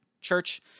Church